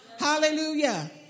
Hallelujah